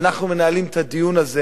אנחנו מנהלים את הדיון הזה,